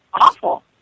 awful